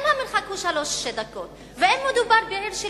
אם המרחק הוא שלוש דקות ואם מדובר בעיר של